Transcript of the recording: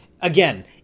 Again